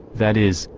that is,